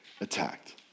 attacked